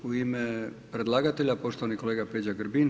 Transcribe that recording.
U ime predlagatelja poštovani kolega Peđa Grbin.